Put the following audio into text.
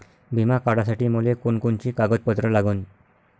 बिमा काढासाठी मले कोनची कोनची कागदपत्र लागन?